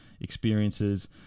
experiences